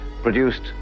produced